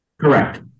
Correct